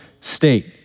state